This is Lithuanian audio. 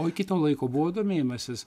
o iki to laiko buvo domėjimasis